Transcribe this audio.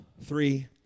three